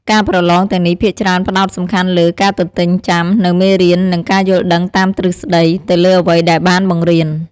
ការប្រឡងទាំងនេះភាគច្រើនផ្តោតសំខាន់លើ ការទន្ទេញចាំ នូវមេរៀន និង ការយល់ដឹងតាមទ្រឹស្តី ទៅលើអ្វីដែលបានបង្រៀន។